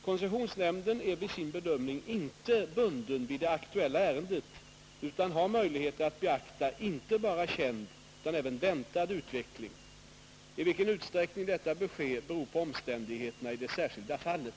Koncessionsnämnden är vid sin bedömning inte bunden vid det aktuella ärendet utan har möjlighet att beakta inte bara känd utan även väntad utveckling. I vilken utsträckning detta bör ske beror på omständigheterna i det särskilda fallet.